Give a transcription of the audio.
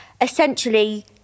essentially